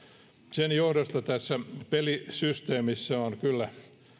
sen johdosta tässä pelisysteemissä on kyllä